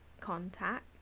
contact